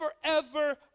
forever